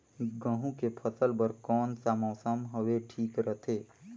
गहूं के फसल बर कौन सा मौसम हवे ठीक रथे?